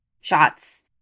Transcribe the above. shots